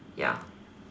ya